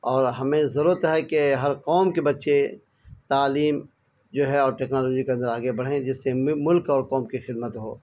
اور ہمیں ضرورت ہے کہ ہر قوم کے بچے تعلیم جو ہے اور ٹیکنالوجی کے اندر آگے بڑھیں جس سے ملک اور قوم کی خدمت ہو